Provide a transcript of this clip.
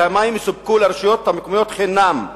כי המים יסופקו לרשויות המקומיות חינם,